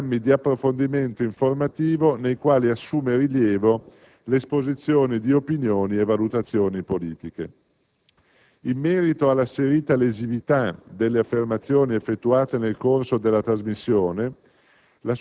programmi di approfondimento informativo nei quali assume rilievo l'esposizione di opinioni e valutazioni politiche. In merito alla asserita lesività delle affermazioni effettuate nel corso della trasmissione